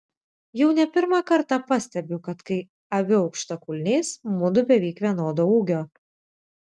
jau ne pirmą kartą pastebiu kad kai aviu aukštakulniais mudu beveik vienodo ūgio